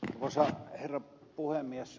arvoisa herra puhemies